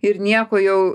ir nieko jau